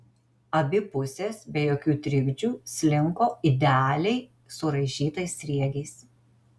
abi pusės be jokių trikdžių slinko idealiai suraižytais sriegiais